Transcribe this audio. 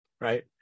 right